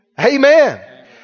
Amen